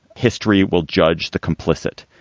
history will judge the complicit.